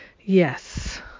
Yes